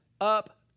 up